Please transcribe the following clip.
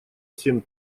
семь